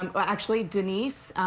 um but actually denise,